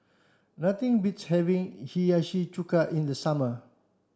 nothing beats having Hiyashi Chuka in the summer